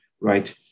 right